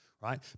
right